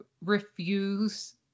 refuse